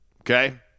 okay